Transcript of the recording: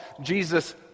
Jesus